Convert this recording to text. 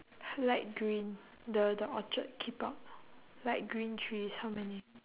light green the the orchid keep out light green trees how many